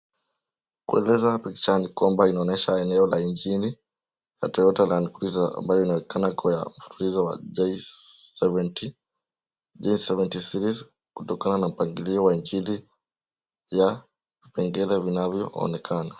Koleza pichani kwamba inaonyesha eneo la injini la toyota land cruiser ambayo inaonekana kwani utambulisho wa j76 kutokana na mpangilio wa injini wa vipengele vinavyoonekana.